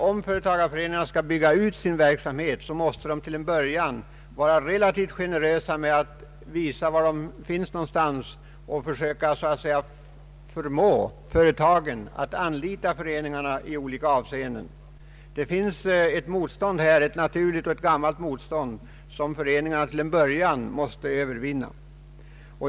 Om företagareföreningarna skall bygga ut sin verksamhet måste de till en början vara relativt generösa för att visa var de finns och vad de kan och försöka förmå företagen att anlita föreningarna i olika avseenden. Det finns här ett naturligt och gammalt motstånd som föreningarna måste övervinna.